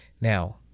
now